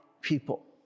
People